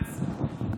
18,000?